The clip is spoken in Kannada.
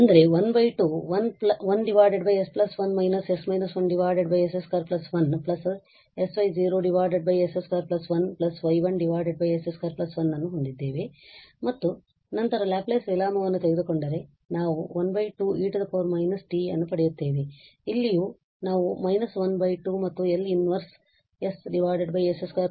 ಅಂದರೆ ನಾವು 1 2 1 s1 − s−1 s 21 sy0 s 21 y1 s 21 ಅನ್ನು ಹೊಂದಿದ್ದೇವೆ ಮತ್ತು ನಂತರ ಲ್ಯಾಪ್ಲೇಸ್ ವಿಲೋಮವನ್ನು ತೆಗೆದುಕೊಂಡರೆ ನಾವು 1 2 e −t ಪಡೆಯುತ್ತೇವೆ ಇಲ್ಲಿಯೂ ನಾವು − 1 2 ಮತ್ತು L −1 s s 21 cos t